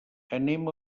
anem